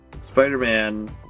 Spider-Man